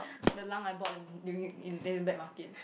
the lung I bought in during in the black market